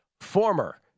former